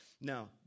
Now